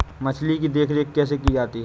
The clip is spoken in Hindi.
मछली की देखरेख कैसे की जाती है?